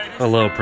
hello